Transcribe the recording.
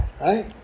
right